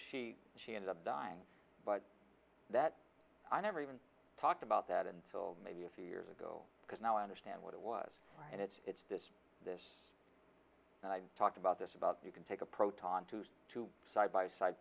she she ended up dying but that i never even talked about that until maybe a few years ago because now i understand what it was and it's it's this this and i talked about this about you can take a proton to two side by side